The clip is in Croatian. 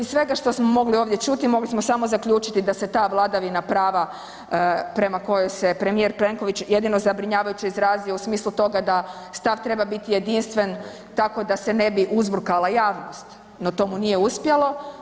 Iz svega što smo mogli ovdje čuti, mogli smo samo zaključiti da se ta vladavina prava prema kojoj se premijer Plenković jedino zabrinjavajuće izrazio u smislu toga da stav treba biti jedinstven tako da se ne bi uzburkala javnost, no to mu nije uspjelo.